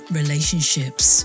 relationships